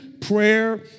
prayer